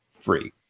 free